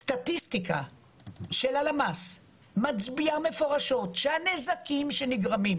הסטטיסטיקה של הלמ"ס מצביע מפורשות שהנזקים שנגרמים